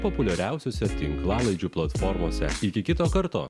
populiariausiose tinklalaidžių platformose iki kito karto